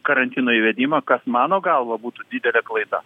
karantino įvedimą kas mano galva būtų didelė klaida